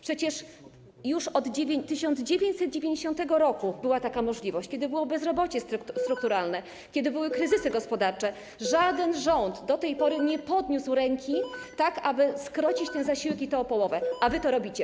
Przecież już od 1990 r. była taka możliwość, kiedy było bezrobocie strukturalne, kiedy były kryzysy gospodarcze, ale żaden rząd do tej pory nie podniósł ręki na to, aby zmniejszyć ten zasiłek, i to o połowę, a wy to robicie.